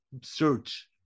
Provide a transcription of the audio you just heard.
search